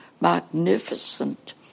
magnificent